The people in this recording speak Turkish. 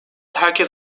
herkes